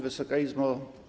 Wysoka Izbo!